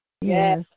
Yes